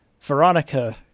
Veronica